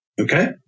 Okay